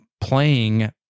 playing